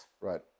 Right